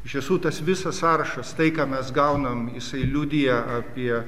iš tiesų tas visas sąrašas tai ką mes gaunam jisai liudija apie